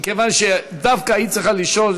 מכיוון שדווקא היא צריכה לשאול,